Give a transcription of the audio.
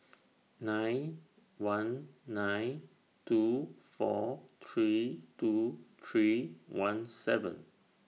nine one nine two four three two three one seven